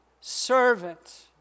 servant